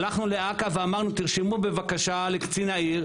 הלכנו לאכ"א ואמרנו תרשמו בבקשה לקצין העיר,